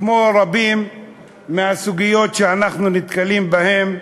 כמו רבות מהסוגיות שאנחנו נתקלים בהן,